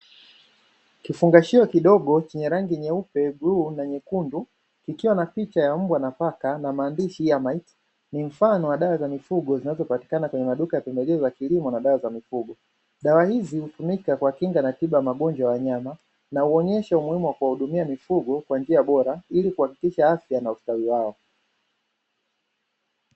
Kifungashio kidogo chenye rangi nyeupe bluu na nyekundu kikiwa na picha ya mbwa na paka na maandishi ni mfano wa dawa za mifugo zinazopatikana kwenya maduka ya pembejeo za kilimo na dawa za mifugo. Dawa hizi hutumika kuwakinga na tiba kwa magonjwa ya wanyama na huonyesha umuhimu wa kuhudumia mifugo kwa njia bora ili kuhakikisha afya na ustawi wao.